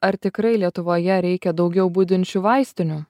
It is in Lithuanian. ar tikrai lietuvoje reikia daugiau budinčių vaistinių